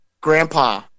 Grandpa